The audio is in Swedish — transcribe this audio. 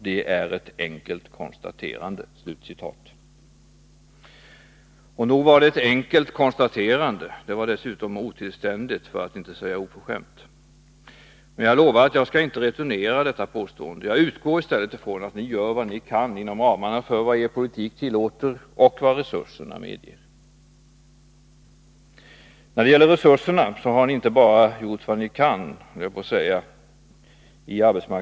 Det är ett enkelt konstaterande.” Nog var det ett enkelt konstaterande. Det var dessutom otillständigt, för att inte säga oförskämt. Men jag lovar att jag inte skall returnera detta påstående. Jag utgår i stället från att ni gör vad ni kan inom ramarna för vad er politik tillåter och vad resurserna medger. När det gäller resurserna till arbetsmarknadspolitiken har ni inte bara gjort vad ni kan, höll jag på att säga.